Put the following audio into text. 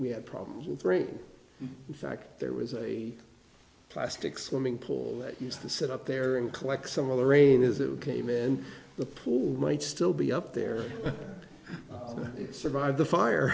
we had problems with bringing in fact there was a plastic swimming pool that used to sit up there and collect some of the rain is it came in the pool might still be up there survived the fire